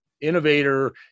innovator